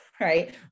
right